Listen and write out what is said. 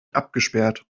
abgesperrt